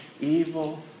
evil